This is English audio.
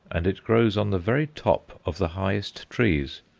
and it grows on the very top of the highest trees,